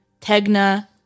Tegna